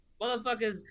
Motherfuckers